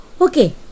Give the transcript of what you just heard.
Okay